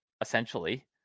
essentially